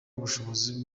ubushobozi